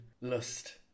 lust